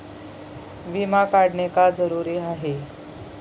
विमा काढणे का जरुरी आहे?